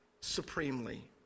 supremely